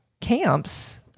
camps